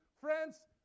friends